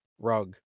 Rug